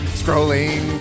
scrolling